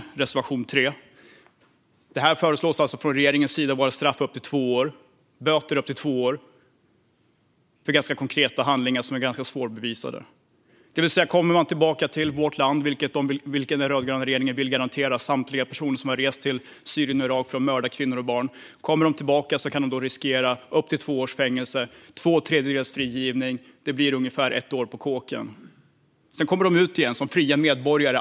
Från regeringens sida förslås att detta ska ha straff upp till två år, böter upp till två år, för ganska konkreta handlingar som är svårbevisade. Om man kommer tillbaka till vårt land kan man riskera upp till två års fängelse med två tredjedels frigivning. Det blir ungefär ett år på kåken. Detta vill den rödgröna regeringen garantera samtliga personer som har rest till Syrien och Irak för att mörda kvinnor och barn. Sedan kommer de ut igen som fria medborgare.